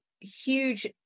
huge